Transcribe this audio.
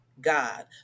God